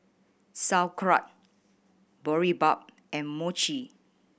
Sauerkraut Boribap and Mochi